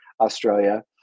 Australia